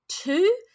Two